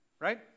right